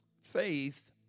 faith